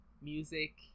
music